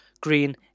green